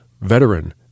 veteran